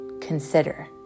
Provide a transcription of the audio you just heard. consider